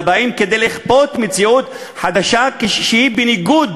אלא כדי לכפות מציאות חדשה שהיא בניגוד